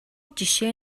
жишээ